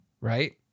right